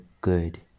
good